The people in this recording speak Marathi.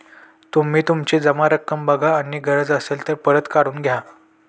तुम्ही तुमची जमा रक्कम बघा आणि गरज असेल तर परत काढून घ्या